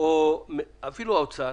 אפילו האוצר,